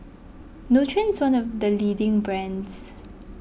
Nutren is one of the leading brands